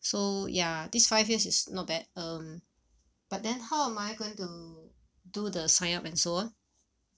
so ya this five years is not bad um but then how am I going to do the sign up and so on